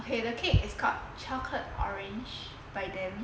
okay the cake is called chocolate orange by them